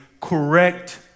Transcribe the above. correct